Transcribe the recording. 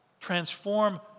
Transform